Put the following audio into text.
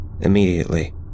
Immediately